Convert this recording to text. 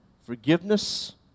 forgiveness